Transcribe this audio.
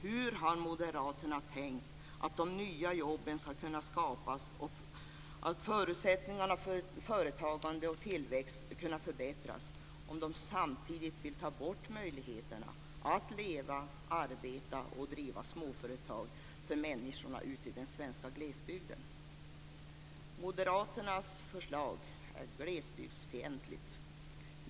Hur har moderaterna tänkt att de nya jobben ska kunna skapas och förutsättningarna för företagande och tillväxt kunna förbättras som de samtidigt vill ta bort möjligheterna att leva, arbeta och driva småföretag för människorna ute i den svenska glesbygden? Moderaternas förslag är glesbygdsfientligt.